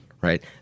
right